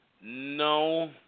No